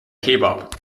kebab